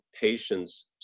patients